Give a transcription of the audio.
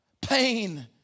Pain